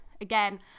again